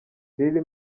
daily